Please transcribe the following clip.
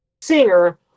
singer